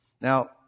Now